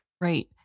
Right